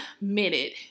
minute